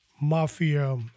Mafia